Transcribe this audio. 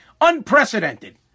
Unprecedented